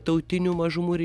tautinių mažumų ir